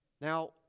Now